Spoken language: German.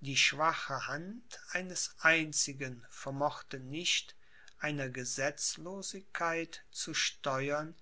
die schwache hand eines einzigen vermochte nicht einer gesetzlosigkeit zu steuern